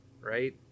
right